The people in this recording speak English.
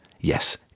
Yes